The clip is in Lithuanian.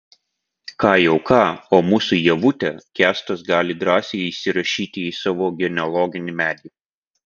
ką jau ką o mūsų ievutę kęstas gali drąsiai įsirašyti į savo genealoginį medį